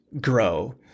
grow